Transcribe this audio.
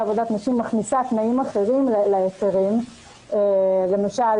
עבודת נשים מכניסה תנאים אחרים להיתרים כמו למשל